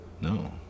No